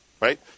Right